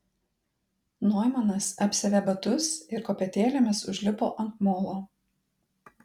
noimanas apsiavė batus ir kopėtėlėmis užlipo ant molo